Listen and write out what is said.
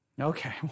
Okay